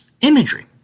imagery